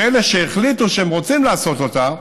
שאלה שהחליטו שהם רוצים לעשות אותה,